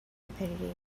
rapidity